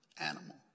animal